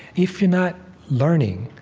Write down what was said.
if you're not learning